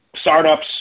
startups